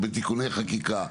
בתיקוני חקיקה.